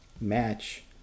match